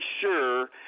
sure